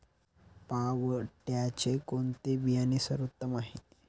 पावट्याचे कोणते बियाणे सर्वोत्तम आहे?